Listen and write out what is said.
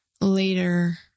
later